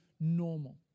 normal